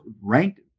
ranked